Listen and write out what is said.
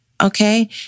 Okay